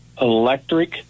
electric